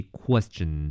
question